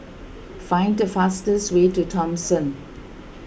find the fastest way to Thomson